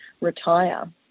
retire